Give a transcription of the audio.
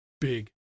big